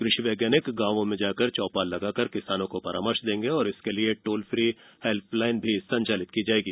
कृषि वैज्ञानिक गाँवो में जाकर चौपाल लगाकर किसानों को परामर्श देंगे इसके लिए टोल फ्री हैल्प लाइन भी संचालित की जाएगी